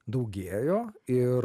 daugėjo ir